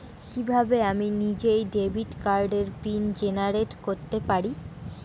কিভাবে আমি নিজেই ডেবিট কার্ডের পিন জেনারেট করতে পারি?